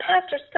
pastor